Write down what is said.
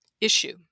issue